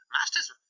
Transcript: Master's